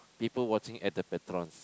people watching at the patron